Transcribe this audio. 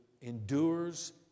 endures